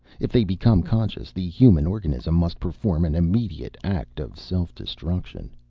if they become conscious the human organism must perform an immediate act of self-destruction.